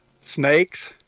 Snakes